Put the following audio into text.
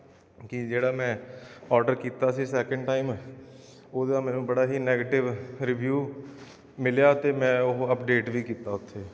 ਕਿ ਜਿਹੜਾ ਮੈਂ ਔਡਰ ਕੀਤਾ ਸੀ ਸੈਕਿੰਡ ਟਾਈਮ ਉਹਦਾ ਮੈਨੂੰ ਬੜਾ ਹੀ ਨੈਗਟਿਵ ਰਿਵਿਊ ਮਿਲਿਆ ਅਤੇ ਮੈਂ ਉਹ ਅਪਡੇਟ ਵੀ ਕੀਤਾ ਉੱਥੇ